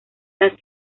las